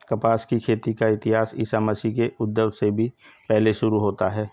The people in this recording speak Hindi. कपास की खेती का इतिहास ईसा मसीह के उद्भव से भी पहले शुरू होता है